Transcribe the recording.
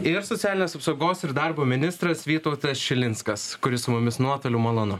ir socialinės apsaugos ir darbo ministras vytautas šilinskas kuris su mumis nuotoliu malonu